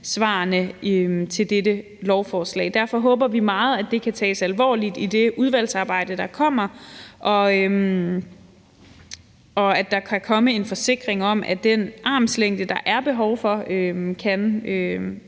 høringssvarene til dette lovforslag. Derfor håber vi meget, at det kan tages alvorligt i det udvalgsarbejde, der kommer, og at der kan komme en forsikring om, at den armslængde, der er behov for, kan